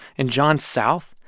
and john south,